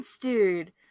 dude